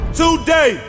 today